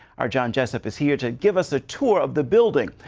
our john jessup is here to give us a tour of the building,